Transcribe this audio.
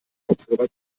kopfhörer